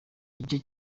igice